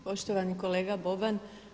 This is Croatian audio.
Poštovani kolega Boban.